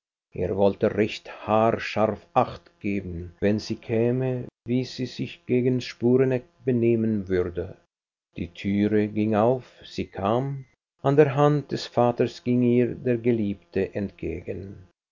er wollte recht haarscharf acht geben wenn sie käme wie sie sich gegen sporeneck benehmen würde die türe ging auf sie kam an der hand des vaters ging ihr der geliebte entgegen